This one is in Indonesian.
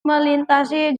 melintasi